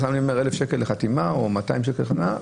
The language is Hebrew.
1,000 שקל לחתימה או 200 שקל לחתימה,